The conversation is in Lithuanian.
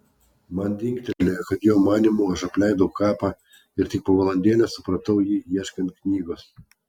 man dingtelėjo kad jo manymu aš apleidau kapą ir tik po valandėlės supratau jį ieškant knygos